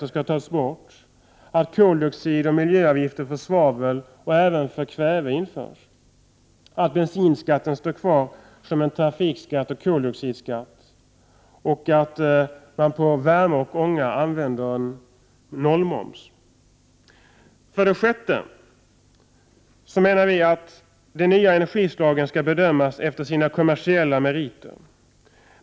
Det ställer krav på att koldioxidskatt och miljöavgifter för svavel och även för kväve införs, bensinskatten står kvar som en trafikskatt och koldioxidskatt samt att en nollmoms på värme och ånga används. 6. Nya energislag skall bedömas efter sina kommersiella meriter.